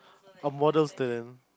a model student